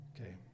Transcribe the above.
Okay